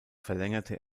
verlängerte